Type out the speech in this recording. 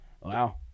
wow